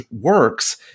works